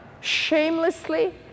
shamelessly